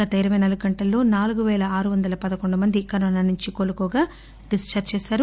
గత ఇరపై నాలుగు గంటల్లో నాలుగు పేల ఆరువందల పదకొండు మంది కరోనా నుంచి కోలుకోగా డిశ్చార్లి చేశారు